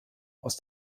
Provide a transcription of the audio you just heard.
aus